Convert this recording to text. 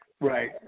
Right